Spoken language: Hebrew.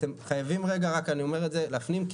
אתם חייבים רגע להבין,